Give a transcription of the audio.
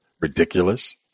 ridiculous